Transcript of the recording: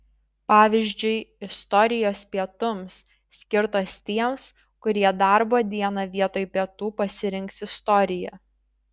pavyzdžiui istorijos pietums skirtos tiems kurie darbo dieną vietoj pietų pasirinks istoriją